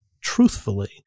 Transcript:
truthfully